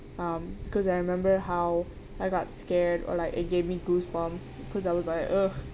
um because I remember how I got scared or like it gave me goosebumps because I was like uh